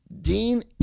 Dean